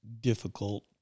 difficult